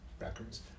records